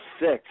six